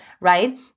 right